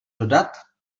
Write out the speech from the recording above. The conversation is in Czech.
dodat